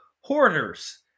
Hoarders